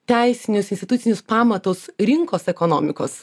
teisinius institucinius pamatus rinkos ekonomikos